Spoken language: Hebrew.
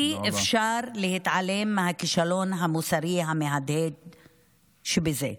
אי-אפשר להתעלם מהכישלון המוסרי המהדהד שבזה.